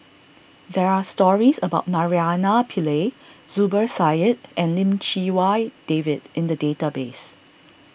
there are stories about Naraina Pillai Zubir Said and Lim Chee Wai David in the database